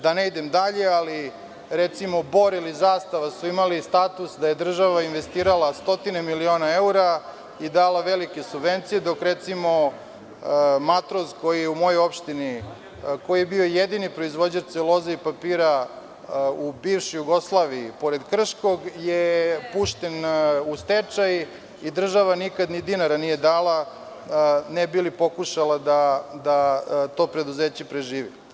Da ne idem dalje, ali recimo „Boril“ i „Zastava“ su imali status da je država investirala stotine miliona evra i dala velike subvencije, dok „Matroz“ koji je u mojoj opštini i koji je bio jedini proizvođač celuloze i papira u bivšoj Jugoslaviji, pored „Krškog“ pušten je u stečaj i država nikada ni dinar nije dala, ne bi li pokušala da to preduzeće preživi.